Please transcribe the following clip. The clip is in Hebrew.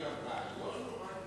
האם יש, חלילה, רעיון או רק,